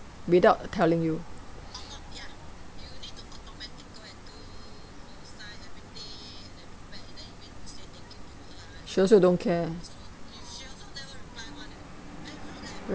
without telling you she also don't care